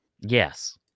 Yes